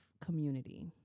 community